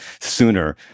sooner